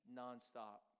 nonstop